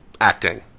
acting